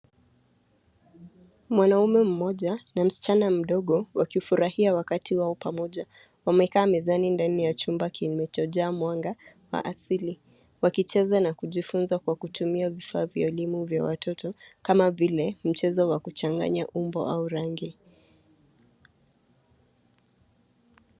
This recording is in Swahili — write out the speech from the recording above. Mwanaume mmoja na msichana mdogo wakifurahia wakati wao pamoja. Wamekaa mezani ndani ya chumba kilichojaa mwanga wa asili, wakicheza na kujifunza kwa kutumia vifaa vya elimu vya watoto kama vile mchezo wa kuchanganya umbo au rangi.